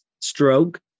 stroke